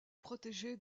protégée